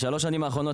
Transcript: בשלוש השנים האחרונות,